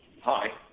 Hi